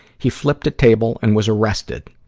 he flipped a table and was arrested.